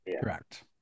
Correct